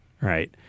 right